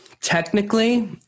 Technically